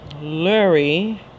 Larry